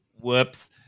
whoops